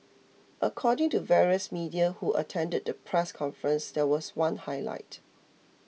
according to various media who attended the press conference there was one highlight